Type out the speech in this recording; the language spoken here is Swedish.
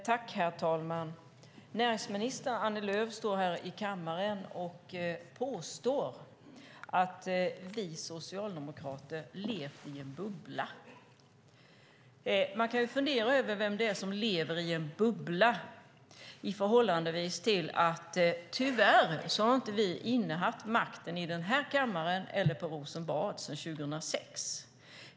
Herr talman! Näringsminister Annie Lööf står här i kammaren och påstår att vi socialdemokrater levt i en bubbla. Man kan fundera över vem det är som lever i en bubbla i förhållande till att vi tyvärr inte har innehaft makten i denna kammare eller i Rosenbad sedan 2006.